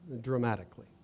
dramatically